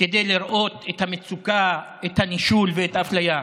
כדי לראות את המצוקה, את הנישול ואת האפליה.